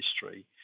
history